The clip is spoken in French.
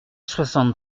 soixante